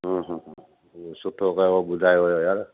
हम्म हम्म इहो सुठो कयुव ॿुधायव यारु